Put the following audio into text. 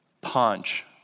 punch